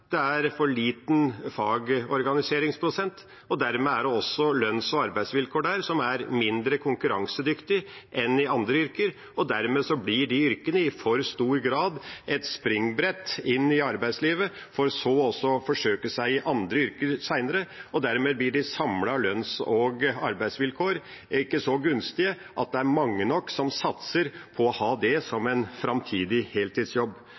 for liten fagorganiseringsprosent, og dermed er det også lønns- og arbeidsvilkår der som er mindre konkurransedyktige enn i andre yrker. Dermed blir disse yrkene i for stor grad et springbrett inn i arbeidslivet for så å forsøke seg i andre yrker senere. Dermed blir de samlede lønns- og arbeidsvilkårene ikke så gunstige at det er mange nok som satser på å ha det som en framtidig heltidsjobb.